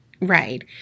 Right